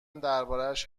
دربارش